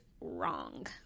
wrong